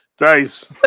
Nice